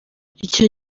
icyo